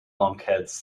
lunkheads